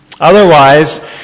Otherwise